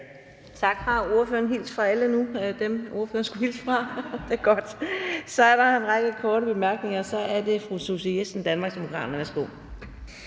Tak. Har ordføreren hilst fra alle dem nu, som ordføreren skulle hilse fra? Det er godt. Så er der en række korte bemærkninger, og det er fru Susie Jessen, Danmarksdemokraterne. Værsgo.